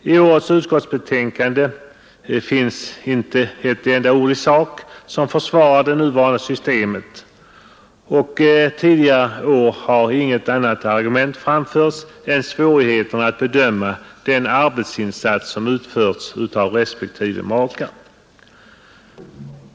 I årets utskottsbetänkande finns inte ett enda ord i sak som försvarar det nuvarande systemet, och tidigare år har inget annat argument framförts än svårigheten att bedöma den arbetsinsats som utförts av respektive makar.